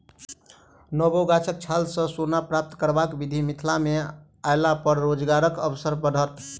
नेबो गाछक छाल सॅ सोन प्राप्त करबाक विधि मिथिला मे अयलापर रोजगारक अवसर बढ़त